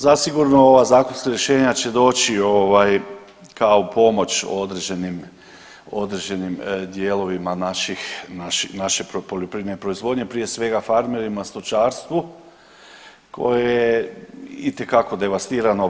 Zasigurno ova zakonska rješenja će doći kao pomoć u određenim dijelovima naše poljoprivredne proizvodnje, prije svega farmerima, stočarstvu koje je itekako devastirano.